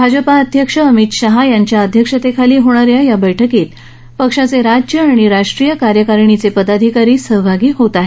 भाजपाचे राष्ट्रीय अध्यक्ष अमित शहा यांच्या अध्यक्षतेखाली होणा या या बैठकीत पक्षाचे राज्य आणि राष्ट्रीय कार्यकारिणीचे पदाधिकारी सहभागी होणार आहेत